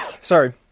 Sorry